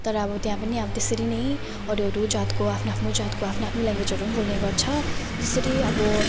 तर अब त्यहाँ पनि अब त्यसरी नै अरू अरू जातको आफ्नो आफ्नो जातको आफ्नो आफ्नो ल्याङ्गवेजहरू बोल्ने गर्छ जसरी अब